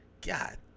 God